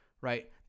right